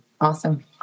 Awesome